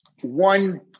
one